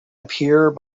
appear